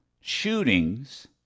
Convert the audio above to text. shootings